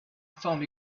found